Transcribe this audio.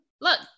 look